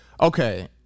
Okay